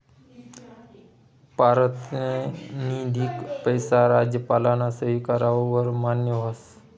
पारतिनिधिक पैसा राज्यपालना सही कराव वर मान्य व्हस